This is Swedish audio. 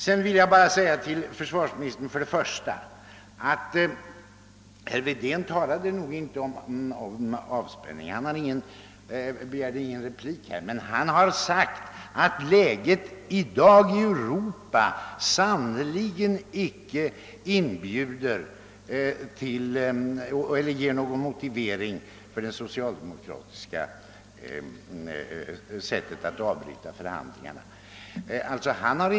Jag vill också säga till försvarsministern att herr Wedén, som inte har begärt någon replik nu, inte talade om avspänning. Han sade i stället att läget ute i Europa i dag sannerligen inte givit socialdemokraterna något motiv för att avbryta förhandlingarna i försvarsfrågan.